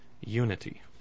unity